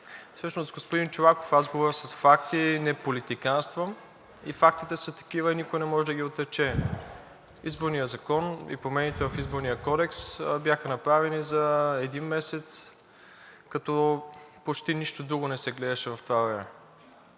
Всъщност, господин Чолаков, аз говоря с факти, не политиканствам фактите са такива и никой не може да ги отрече. Изборният закон и промените в Изборния кодекс бяха направени за един месец, като почти нищо друго не се гледаше в това време